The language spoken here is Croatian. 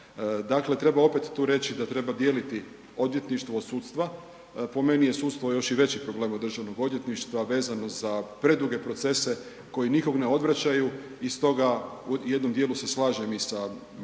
Dakle opet tu reći da treba dijeliti odvjetništvo od sudstva, po meni je sudstvo još i veći problem od Državnog odvjetništva vezano za preduge procese koje nikog ne odvraćaju i stoga u jednom djelu se slažem i sa prijedlogom